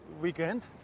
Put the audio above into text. Weekend